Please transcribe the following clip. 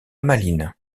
malines